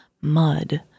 mud